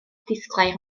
disglair